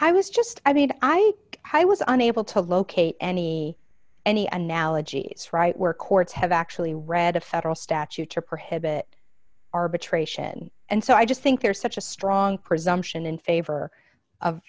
i was just i mean i i was unable to locate any any analogy its right where courts have actually read a federal statute or perhaps arbitration and so i just think there's such a strong presumption in favor of